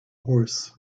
horse